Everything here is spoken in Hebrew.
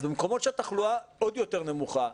אז במקומות שהתחלואה עוד יותר נמוכה,